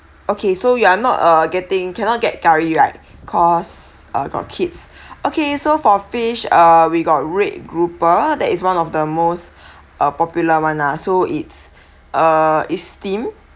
okay so you are not uh getting cannot get curry right cause uh got kids okay so for fish ah we got red grouper that is one of the most uh popular one lah so it's a it's steam